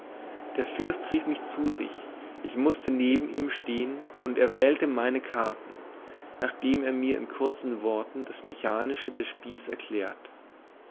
der fürst rief mich zu sich ich mußte neben ihm stehen und er wählte meine karten nachdem er mir in kurzen worten das mechanische des spiels erklärt